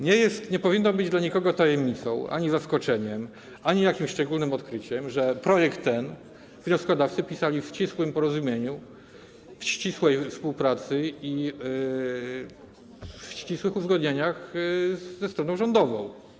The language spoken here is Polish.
Nie powinno być dla nikogo tajemnicą ani zaskoczeniem, ani jakimś szczególnym odkryciem, że projekt ten wnioskodawcy pisali w ścisłym porozumieniu, w ścisłej współpracy i w ścisłych uzgodnieniach ze stroną rządową.